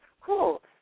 cool